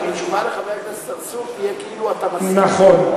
כי תשובה לחבר הכנסת צרצור תהיה כאילו אתה, נכון.